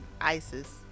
ISIS